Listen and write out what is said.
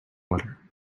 water